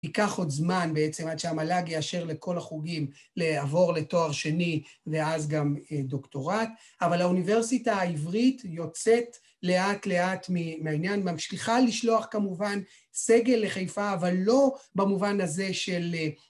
ייקח עוד זמן בעצם עד שהמל"ג יאשר לכל החוגים לעבור לתואר שני, ואז גם דוקטורט, אבל האוניברסיטה העברית יוצאת לאט לאט מהעניין, ממשיכה לשלוח כמובן סגל לחיפה, אבל לא במובן הזה של...